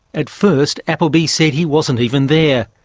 at first, applebee said he wasn't even there,